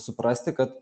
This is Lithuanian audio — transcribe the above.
suprasti kad